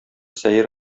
сәер